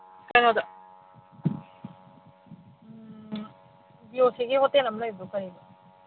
ꯀꯩꯅꯣꯗ ꯕꯤ ꯑꯣ ꯁꯤꯒꯤ ꯍꯣꯇꯦꯜ ꯑꯃꯗ